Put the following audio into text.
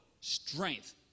strength